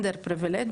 underprivileged